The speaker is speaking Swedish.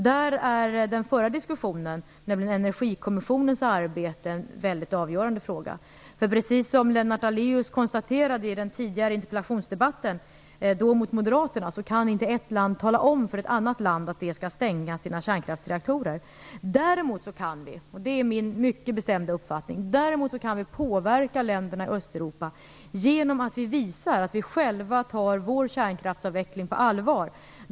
Där är Energikommissionens arbete en väldigt avgörande fråga. Precis som Lennart Daléus konstaterade i den tidigare interpellationsdebatten mot moderaterna kan inte ett land tala om för ett annat land att det skall stänga sina kärnkraftsreaktorer. Däremot kan vi - det är min mycket bestämda uppfattning - påverka länderna i Östeuropa genom att visa att vi själva tar vår kärnkraftsavveckling på allvar.